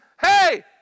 hey